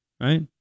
Right